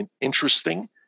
interesting